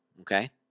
okay